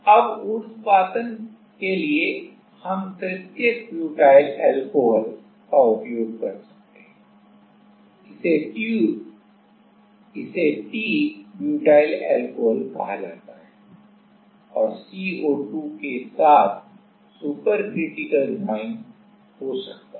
अब उर्ध्वपातन के लिए हम तृतीयक butyl alcohol tertiary butyl alcohol का उपयोग कर सकते हैं इसे टी ब्यूटाइल अल्कोहल कहा जाता है और CO2 के साथ सुपर क्रिटिकल ड्रायिंग हो सकता है